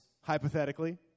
hypothetically